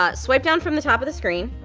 ah swipe down from the top of the screen.